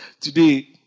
Today